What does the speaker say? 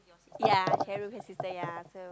ya Sharul has sister ya so